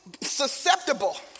susceptible